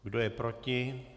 Kdo je proti?